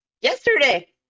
Yesterday